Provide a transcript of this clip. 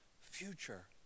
future